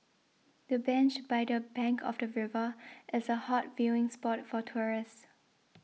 the bench by the bank of the river is a hot viewing spot for tourists